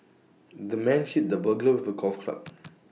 the man hit the burglar with the golf club